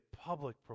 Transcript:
public